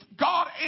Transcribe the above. God